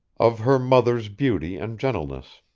of her mother's beauty and gentleness.